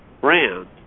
brand